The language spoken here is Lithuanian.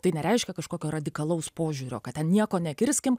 tai nereiškia kažkokio radikalaus požiūrio kad ten nieko nekirskim